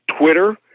Twitter